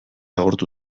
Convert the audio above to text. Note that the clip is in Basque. agortu